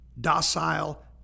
docile